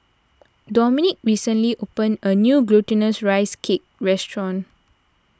Dominick recently opened a new Glutinous Rice Cake restaurant